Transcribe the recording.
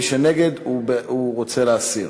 מי שנגד, הוא רוצה להסיר.